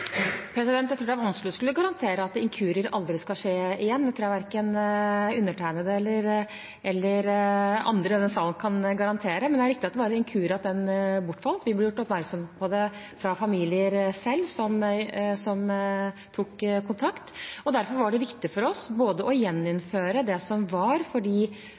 Jeg tror det er vanskelig å skulle garantere at inkurier aldri skal skje igjen – det tror jeg verken undertegnede eller andre i denne salen kan garantere. Men det er riktig at det var en inkurie at den retten bortfalt. Vi ble gjort oppmerksom på det av familier som selv tok kontakt. Derfor var det viktig for oss å gjeninnføre det som var, for de